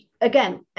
again